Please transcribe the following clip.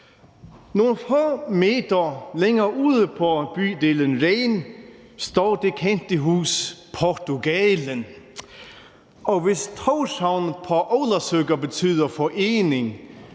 Nogle få meter længere ude i bydelen Á Reyni står det kendte hus Portugalen. Og hvis Tórshavn under ólavsøka betyder forening,